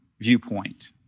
viewpoint